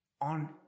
on